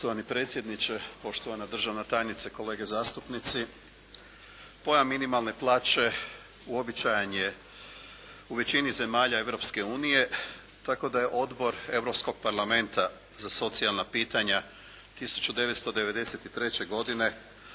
Poštovani predsjedniče, poštovana državna tajnice, kolege zastupnici. Pojam minimalne plaće uobičajan je u većini zemalja Europske unije, tako da je odbor Europskog parlamenta za socijalna pitanja 1993. godine